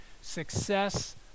success